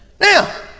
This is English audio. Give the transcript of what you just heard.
Now